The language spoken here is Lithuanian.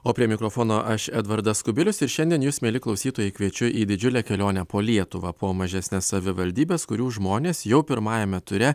o prie mikrofono aš edvardas kubilius ir šiandien jus mieli klausytojai kviečiu į didžiulę kelionę po lietuvą po mažesnes savivaldybes kurių žmonės jau pirmajame ture